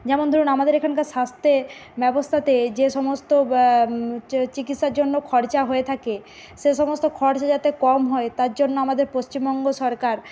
যেমন ধরুন আমাদের এখানকার স্বাস্থ্য ব্যবস্থাতে যে সমস্ত চিকিৎসার জন্য খরচা হয়ে থাকে সে সমস্ত খরচা যাতে কম হয় তার জন্য আমাদের পশ্চিমবঙ্গ সরকার